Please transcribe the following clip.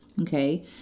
Okay